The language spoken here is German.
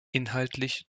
inhaltlich